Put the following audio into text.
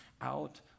out